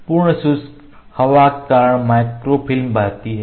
पूर्ण शुष्क हवा के कारण माइक्रोफिल्म बहती है